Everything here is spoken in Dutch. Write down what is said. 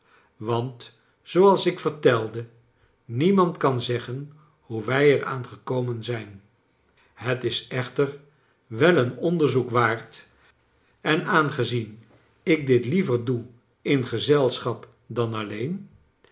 want zooals ik vertelde niemand kan zeggen hoe wij er aan gekomen zijn het is echter wel een onderzoek waard en aangezien ik dit liever doe in gezelschap dan alleeii